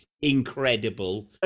incredible